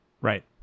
right